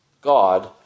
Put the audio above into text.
God